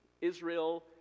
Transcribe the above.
Israel